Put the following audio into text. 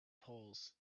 poles